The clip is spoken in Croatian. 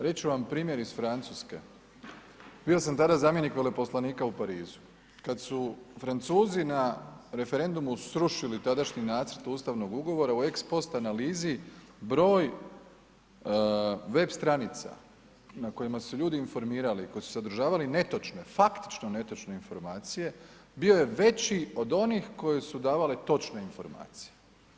Reći ću vam primjer iz Francuske, bio sam tada zamjenik veleposlanika u Parizu, kad su Francuzi na referendumu srušili tadašnji nacrt ustavnog ugovora u ex post analizi broj web stranica na kojima su se ljudi informirali i koji su sadržavali netočne faktično netočne informacije bio je veći od onih koje su davale točne informacije.